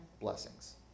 blessings